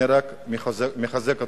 אני רק מחזק אתכם,